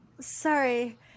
sorry